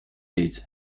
date